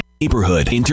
Neighborhood